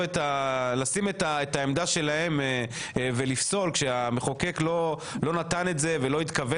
לשים את העמדה שלהם ולפסול כאשר המחוקק לא נתן את זה ולא התכוון